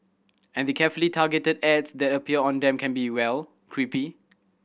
and the carefully targeted ads that appear on them can be well creepy